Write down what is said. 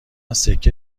سکه